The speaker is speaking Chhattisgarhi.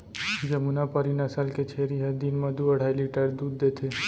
जमुनापारी नसल के छेरी ह दिन म दू अढ़ाई लीटर दूद देथे